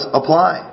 apply